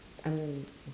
oh